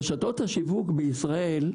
רשתות השיווק בישראל,